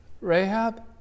Rahab